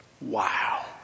wow